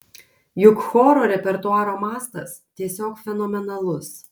juk choro repertuaro mastas tiesiog fenomenalus